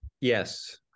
Yes